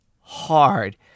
hard